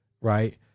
right